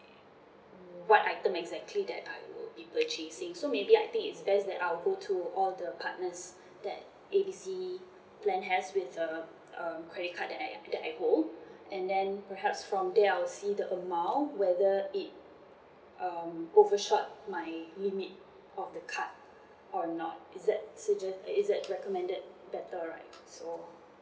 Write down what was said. what item exactly that I will be purchasing so maybe I think its best that I will go to all the partners that A B C plan has with uh um credit card that I that I hold and then perhaps from there I will see the amount whether it um overshot my limit of the card or not is that sug~ uh is that recommended better right so